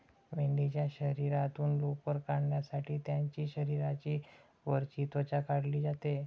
मेंढीच्या शरीरातून लोकर काढण्यासाठी त्यांची शरीराची वरची त्वचा काढली जाते